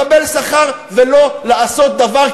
לקבל שכר ולא לעשות דבר,